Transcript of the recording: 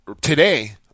today